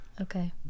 Okay